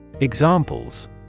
Examples